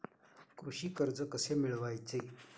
कृषी कर्ज कसे मिळवायचे?